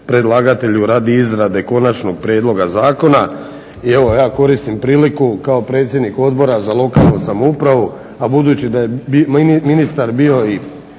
predlagatelju radi izrade konačnog prijedloga zakona. I evo ja koristim priliku kao predsjednik Odbora za lokalnu samoupravu, a budući da je ministar bio i